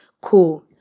cool